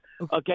okay